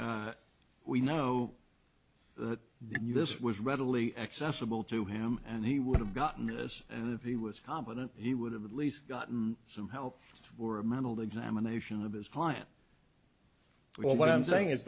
we know that this was readily accessible to him and he would have gotten this and if he was competent he would have at least gotten some help or a mental examination of his client well what i'm saying is